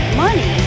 money